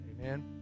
Amen